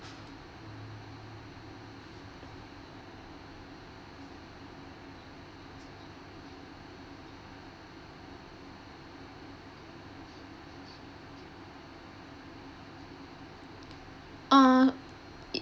uh